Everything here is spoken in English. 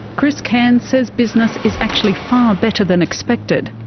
chris cairn says business is actually far better than expected.